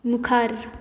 मुखार